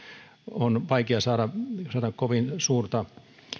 on vaikea saada saada kovin suurta